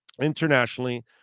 internationally